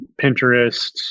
Pinterest